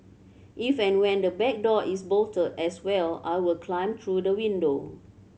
if and when the back door is bolted as well I will climb through the window